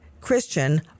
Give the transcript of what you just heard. Christian